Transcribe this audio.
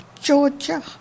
Georgia